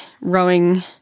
rowing